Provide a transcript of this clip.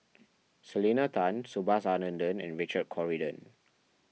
Selena Tan Subhas Anandan and Richard Corridon